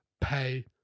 pay